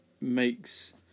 makes